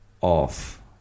off